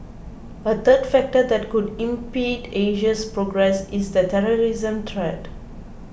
a third factor that could impede Asia's progress is the terrorism threat